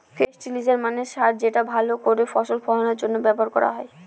ফেস্টিলিজের মানে সার যেটা ভাল করে ফসল ফলানোর জন্য ব্যবহার করা হয়